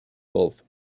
gulf